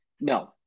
no